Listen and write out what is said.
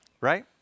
right